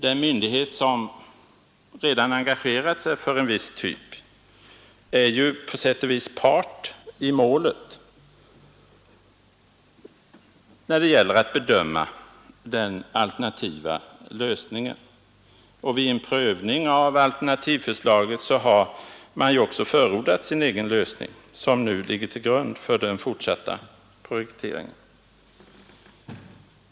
Den myndighet som redan engagerat sig för en viss typ är ju på sätt och vis part i målet, när det gäller att bedöma den alternativa lösningen. Vid en prövning av alternativförslaget har man också förordat sin egen lösning, som ligger till grund för den fortsatta projekteringen.